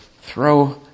throw